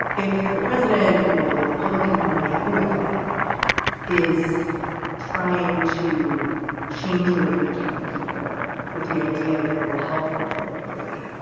if the president or the republican party, whoever is trying to change the way we count people with the idea that it will help them politically,